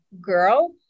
girl